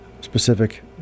specific